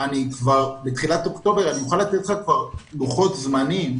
אני אוכל לתת לך לוחות זמנים,